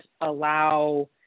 allow